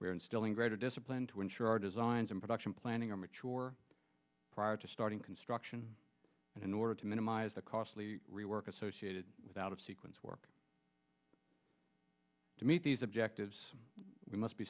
are instilling greater discipline to ensure our designs and production planning are mature prior to starting construction and in order to minimize the costly rework associated with out of sequence work to meet these objectives we must be